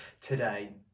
today